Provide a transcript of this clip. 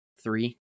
three